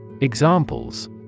Examples